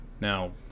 Now